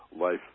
Life